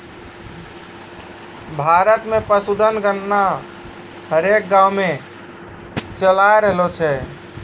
भारत मे पशुधन गणना हरेक गाँवो मे चालाय रहलो छै